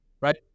right